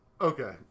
Okay